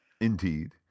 Indeed